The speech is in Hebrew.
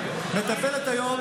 מטפלת היום